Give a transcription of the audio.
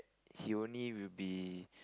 he only will be